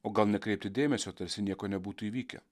o gal nekreipti dėmesio tarsi nieko nebūtų įvykę